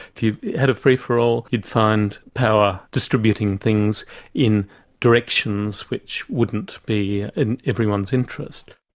if you had a free-for-all you'd find power distributing things in directions which wouldn't be in everyone's interest.